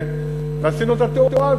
ועשינו את התאורה.